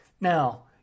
Now